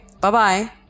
Bye-bye